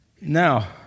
Now